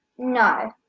No